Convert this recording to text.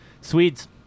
Swedes